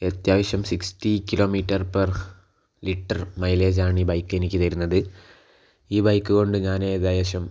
ഇത് അത്യാവശ്യം sixty kilometre per litre മൈലേജാണീ ബൈക്ക് എനിക്ക് തരുന്നത് ഈ ബൈക്ക് കൊണ്ട് ഞാനേകദേശം